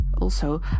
Also